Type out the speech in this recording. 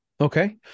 Okay